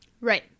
Right